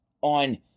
on